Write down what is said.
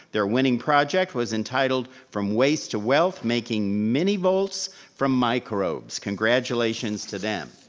their winning project was entitled from waste to wealth, making many bolts from microbes. congratulations to them.